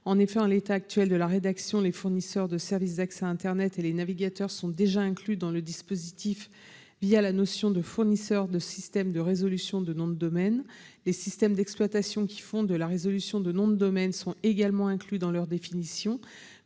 En effet, en l’état actuel du texte, les fournisseurs de services d’accès à internet et les navigateurs sont déjà inclus dans le dispositif la notion de « fournisseurs de systèmes de résolution de noms de domaine ». Les systèmes d’exploitation qui font de la résolution de nom de domaine sont également inclus dans cette définition.